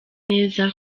neza